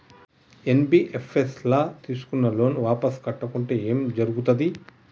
NBFS ల తీస్కున్న loan వాపస్ కట్టకుంటే ఏం జర్గుతది?